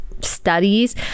studies